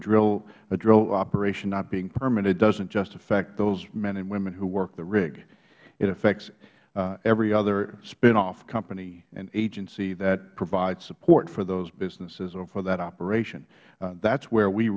or a drill operation not being permitted doesn't just affect those men and women who work the rig it affects every other spinoff company and agency that provides support for those businesses or for that operation that's where we